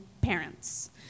parents